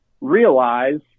realize